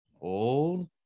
old